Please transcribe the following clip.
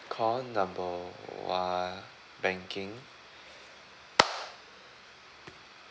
call number one banking